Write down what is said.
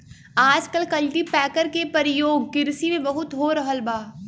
आजकल कल्टीपैकर के परियोग किरसी में बहुत हो रहल बा